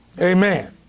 Amen